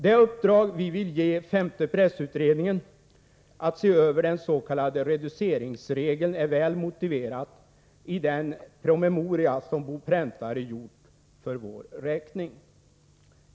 Det uppdrag vi vill ge femte pressutredningen att se över den s.k. reduceringsregeln är väl motiverat i den promemoria som Bo Präntare gjort för vår räkning.